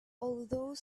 although